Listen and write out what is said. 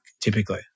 typically